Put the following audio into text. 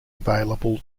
available